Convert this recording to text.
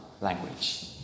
language